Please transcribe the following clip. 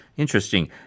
Interesting